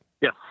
Yes